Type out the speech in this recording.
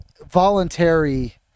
voluntary